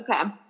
Okay